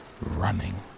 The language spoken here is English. running